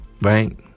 right